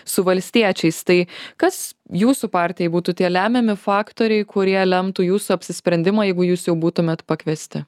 su valstiečiais tai kas jūsų partijai būtų tie lemiami faktoriai kurie lemtų jūsų apsisprendimą jeigu jūs jau būtumėt pakviesti